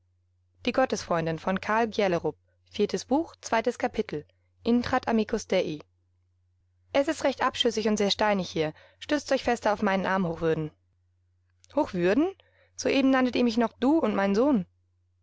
es ist recht abschüssig und sehr steinig hier stützt euch fester auf meinen arm hochwürden hochwürden soeben nanntet ihr mich du und mein sohn